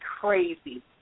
crazy